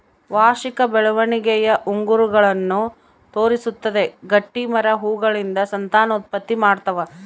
ವಾರ್ಷಿಕ ಬೆಳವಣಿಗೆಯ ಉಂಗುರಗಳನ್ನು ತೋರಿಸುತ್ತದೆ ಗಟ್ಟಿಮರ ಹೂಗಳಿಂದ ಸಂತಾನೋತ್ಪತ್ತಿ ಮಾಡ್ತಾವ